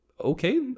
okay